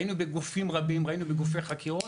היינו בגופים רבים, היינו בגופי חקירות,